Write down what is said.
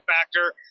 factor